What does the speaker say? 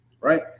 right